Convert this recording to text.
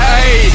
Hey